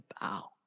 bow